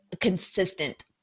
consistent